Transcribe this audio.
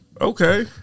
Okay